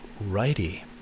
righty